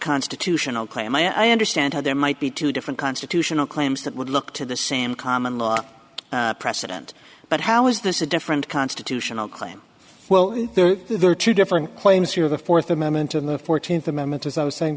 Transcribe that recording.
constitutional claim i understand how there might be two different constitutional claims that would look to the same common law precedent but how is this a different constitutional claim well there are two different claims here the fourth amendment in the fourteenth amendment as i was saying